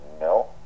No